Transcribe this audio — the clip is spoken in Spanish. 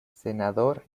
senador